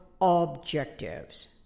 objectives